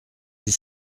dix